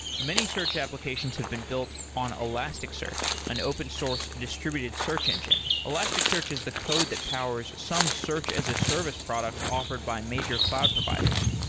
many search applications have been built on elasticsearch, an open source distributed search engine elasticsearch is the code that powers some search as a service products offered by major cloud providers.